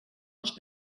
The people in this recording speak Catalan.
els